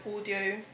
audio